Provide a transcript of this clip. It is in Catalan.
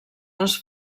les